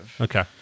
Okay